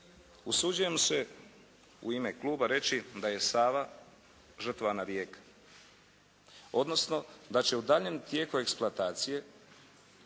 usuđujem se u ime kluba reći da je Sava žrtvena rijeka odnosno da će u daljnjem tijeku eksploatacije